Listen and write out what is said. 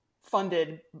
funded